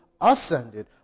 ascended